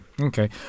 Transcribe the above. Okay